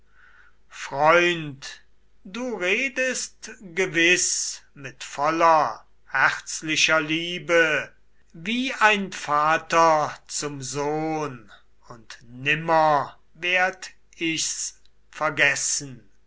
freund du redest gewiß mit voller herzlicher liebe wie ein vater zum sohn und nimmer werd ich's vergessen